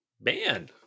man